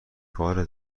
کار